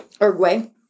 Uruguay